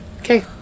Okay